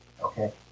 okay